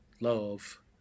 love